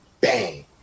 Bang